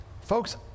folks